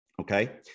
Okay